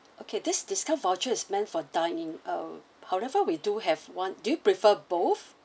okay this discount voucher is meant for dining uh however we do have one do you prefer both